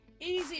easy